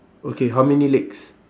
okay how many legs